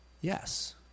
yes